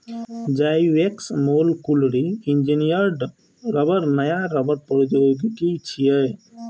Zyvex molecularly engineered रबड़ नया रबड़ प्रौद्योगिकी छियै